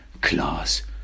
class